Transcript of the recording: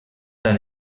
tan